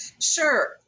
Sure